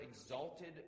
exalted